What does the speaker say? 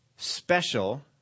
special